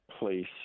Place